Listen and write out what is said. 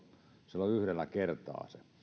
silloin yhdellä kertaa